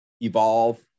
evolve